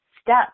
step